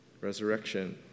resurrection